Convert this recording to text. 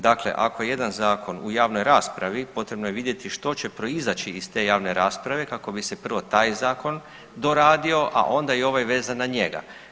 Dakle, ako je jedan zakon u javnoj raspravi potrebno je vidjeti što će proizaći iz te javne rasprave kako bi se prvo taj zakon doradio, a onda i ovaj vezan na njega.